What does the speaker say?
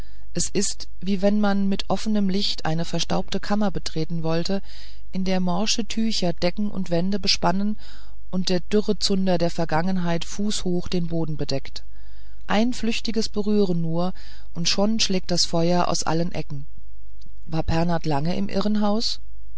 es ist wie wenn man mit offenem lichte eine verstaubte kammer betreten wollte in der morsche tücher decke und wände bespannen und der dürre zunder der vergangenheit fußhoch den boden bedeckt ein flüchtiges berühren nur und schon schlägt das feuer aus allen ecken war pernath lange im irrenhaus